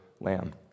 lamb